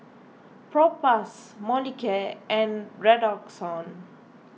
Propass Molicare and Redoxon